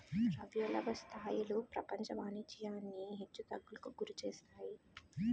ద్రవ్యోల్బణ స్థాయిలు ప్రపంచ వాణిజ్యాన్ని హెచ్చు తగ్గులకు గురిచేస్తాయి